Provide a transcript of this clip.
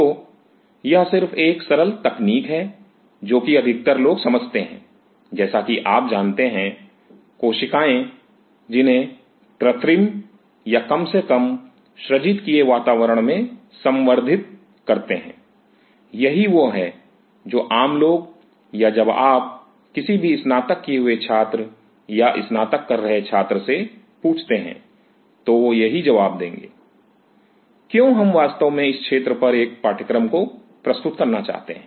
तो यह सिर्फ एक सरल तकनीक है जो कि अधिकतर लोग समझते हैं जैसाकि आप जानते हैं कोशिकाएं जिन्हें कृत्रिम या कम से कम सृजित किए वातावरण में संवर्धित करते हैं यही वह है जो आम लोग या जब आप किसी भी स्नातक किए हुए छात्र या स्नातक कर रहे छात्र से पूछते हैं तो वह यही जवाब देंगे क्यों हम वास्तव में इस क्षेत्र पर एक पाठ्यक्रम को प्रस्तुत करना चाहते हैं